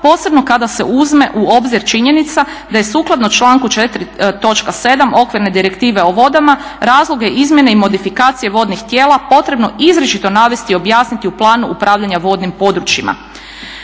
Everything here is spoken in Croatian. posebno kada se uzme u obzir činjenica da je sukladno članku 4. točka 7. Okvirne direktive o vodama razloge izmjene i modifikacije vodnih tijela potrebno izričito navesti i objasniti u Planu upravljanja vodnim područjima.